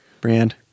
Brand